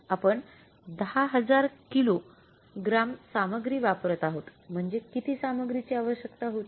आपण १०००० kilogram सामग्री वापरत आहोत म्हणजे किती सामग्रीची आवश्यकता होती